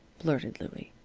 blurted louie.